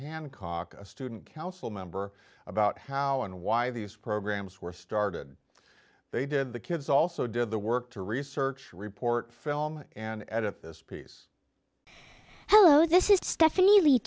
hancock student council member about how and why these programs were started they did the kids also did the work to research report film and edit this piece hello this is stephanie